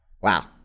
wow